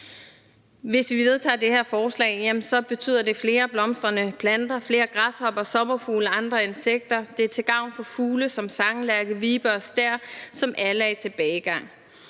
Hvis vi vedtager det her forslag, betyder det flere blomstrende planter, flere græshopper, sommerfugle, andre insekter, og det er til gavn for fugle som sanglærke, vibe og stær, som alle er i tilbagegang.